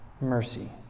mercy